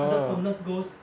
all those homeless ghost